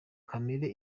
kamere